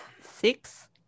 six